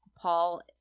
Paul